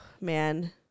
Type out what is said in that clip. man